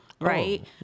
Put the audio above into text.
Right